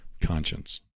conscience